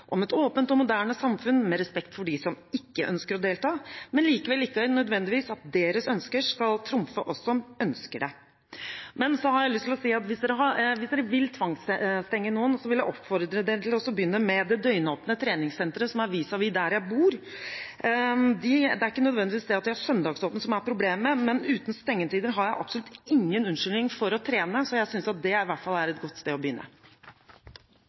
om et åpent og moderne samfunn med respekt for dem som ikke ønsker å delta, men likevel ikke nødvendigvis slik at deres ønsker skal trumfe oss som ønsker det. Men så har jeg lyst til å si: Hvis dere vil tvangsstenge noen, vil jeg oppfordre dere til å begynne med det døgnåpne treningssenteret som er vis-à-vis der jeg bor. Det er ikke nødvendigvis det at det er søndagsåpent som er problemet, men uten stengetider har jeg absolutt ingen unnskyldning for ikke å trene. Så jeg synes at det i hvert fall er et godt sted å begynne.